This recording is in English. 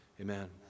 Amen